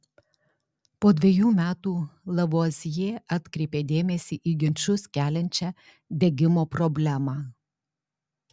po dvejų metų lavuazjė atkreipė dėmesį į ginčus keliančią degimo problemą